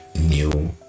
new